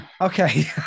Okay